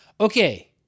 Okay